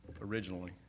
originally